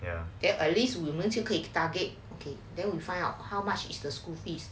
then at least 我们就可以 target then we'll find out how much is the school fees